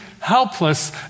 helpless